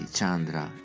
Chandra